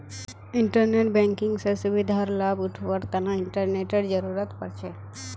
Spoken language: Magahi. इंटरनेट बैंकिंग स सुविधार लाभ उठावार तना इंटरनेटेर जरुरत पोर छे